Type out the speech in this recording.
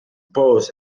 both